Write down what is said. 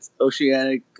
Oceanic